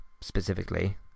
specifically